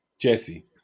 jesse